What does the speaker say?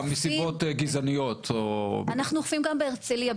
מסיבות גזעניות או --- אנחנו אוכפים גם בהרצליה,